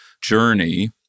journey